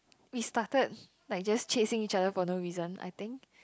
we started like just chasing each other for no reason I think